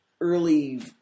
Early